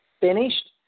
finished